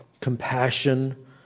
compassion